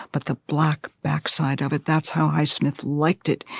but the black backside of it, that's how high smith liked it.